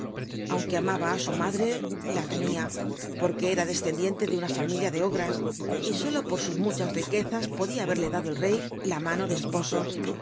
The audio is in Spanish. aunque amaba á su madre la temia porc ue ura descendiente de una familia de ogras y solo por sus muchas riquezas podia haberle dado el rey la mano de esposo